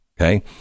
Okay